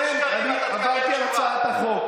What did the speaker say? אדוני השר, אני עברתי על הצעת החוק.